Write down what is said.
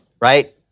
right